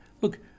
look